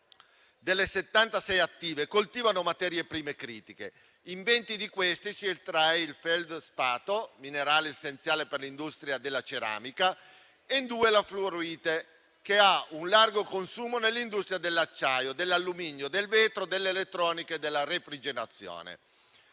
delle 76 attive, si estraggono materie prime critiche; in venti di queste si estrae il feldspato, minerale essenziale per l'industria della ceramica, e in due la fluorite, che ha un largo consumo nell'industria dell'acciaio, dell'alluminio, del vetro, dell'elettronica e della refrigerazione.